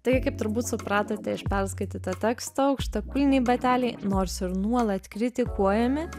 taigi kaip turbūt supratote iš perskaityto teksto aukštakulniai bateliai nors ir nuolat kritikuojami